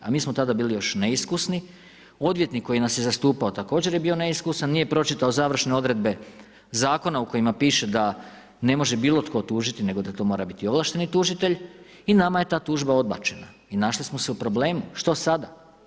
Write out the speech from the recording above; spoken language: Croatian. A mi smo tada bili još neiskusni, odvjetnik koji nas je zastupao također je bio neiskusan, nije pročitao završne odredbe zakona u kojima piše da ne može bilo tko tužiti nego da to mora biti ovlašteni tužitelj i nama je ta tužba odbačena i našli smo se u problemu, što sada.